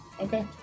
Okay